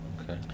Okay